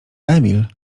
emil